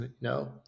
no